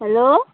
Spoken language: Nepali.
हेलो